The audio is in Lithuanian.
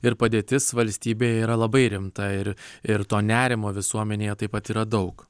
ir padėtis valstybėj yra labai rimta ir ir to nerimo visuomenėje taip pat yra daug